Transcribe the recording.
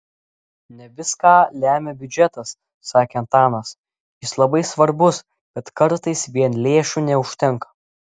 ne viską lemia biudžetas sakė antanas jis labai svarbus bet kartais vien lėšų neužtenka